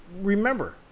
remember